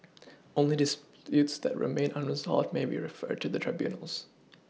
only disputes that remain unresolved may be referred to the tribunals